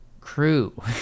crew